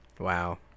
Wow